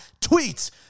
tweets